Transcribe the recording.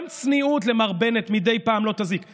גם צניעות מדי פעם לא תזיק למר בנט.